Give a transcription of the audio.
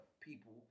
people